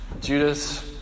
Judas